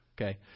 okay